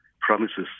promises